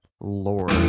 Lord